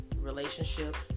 relationships